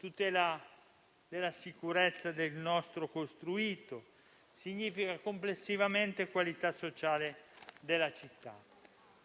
e della sicurezza del nostro costruito e significa, complessivamente, qualità sociale della città.